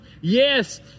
Yes